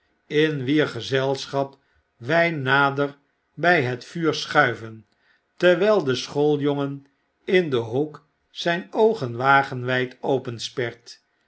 in wier gezelschap wy nader by het vuur schuiven terwijl de schooljongen in den hoek zijn oogen wagenwyd